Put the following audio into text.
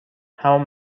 همان